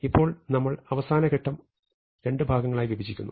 ഇപ്പോൾ ഞങ്ങൾ അവസാന ഘട്ടം രണ്ട് ഭാഗങ്ങളായി വിഭജിക്കുന്നു